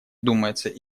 думается